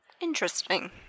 Interesting